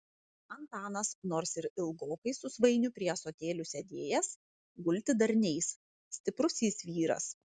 antanas nors ir ilgokai su svainiu prie ąsotėlio sėdėjęs gulti dar neis stiprus jis vyras